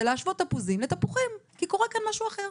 זה להשוות תפוזים לתפוחים כי קורה כאן משהו אחר,